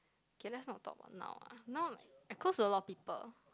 K let's not talk about now ah now cause a lot of people